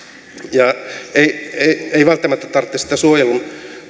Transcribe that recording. ei välttämättä tarvitse sitä suojelun